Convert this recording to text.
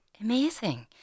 Amazing